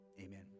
amen